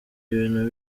ibintu